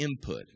input